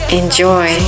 enjoy